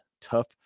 tough